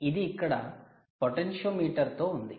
ఇది ఇక్కడ 'potentiometer' 'potentiometer' తో ఉంది